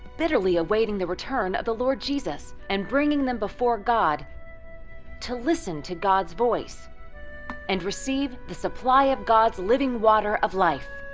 bitterly awaiting the return of the lord jesus, and bringing them before god to listen to god's voice and receive the supply of god's living water of life.